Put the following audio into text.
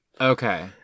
Okay